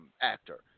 actor